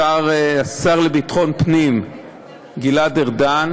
השר לביטחון פנים גלעד ארדן